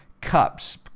cups